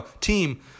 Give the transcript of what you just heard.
team